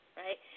right